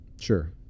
sure